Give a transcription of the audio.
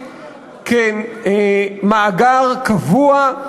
כמאגר קבוע,